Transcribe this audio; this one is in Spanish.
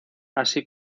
así